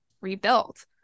rebuilt